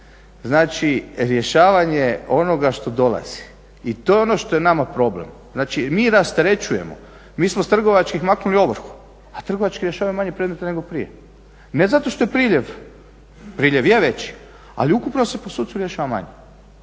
Znači, rješavanje onoga što dolazi. I to je ono što je nama problem. Znači, mi rasterećujemo, mi smo s trgovačkih maknuli ovrhu, a trgovački rješavaju manje predmeta nego prije. Ne zato što je priljev, priljev je veći ali ukupno se po sucu rješava manje.